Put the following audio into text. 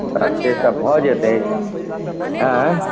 तऽ से सभ भऽ जेतय आँय